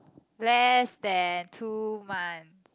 less than two months